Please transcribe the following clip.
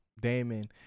Damon